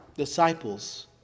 Disciples